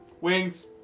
Wings